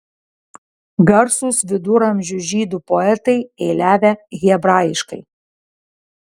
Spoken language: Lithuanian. garsūs viduramžių žydų poetai eiliavę hebrajiškai